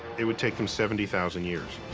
it would take them seventy thousand years.